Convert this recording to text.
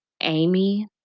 Amy